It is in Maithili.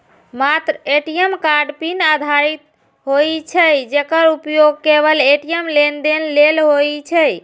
मात्र ए.टी.एम कार्ड पिन आधारित होइ छै, जेकर उपयोग केवल ए.टी.एम लेनदेन लेल होइ छै